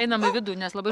einam į vidų nes labai